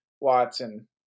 Watson